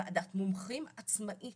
ועדת מומחים עצמאית